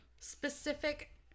specific